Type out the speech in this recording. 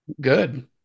Good